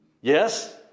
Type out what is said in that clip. yes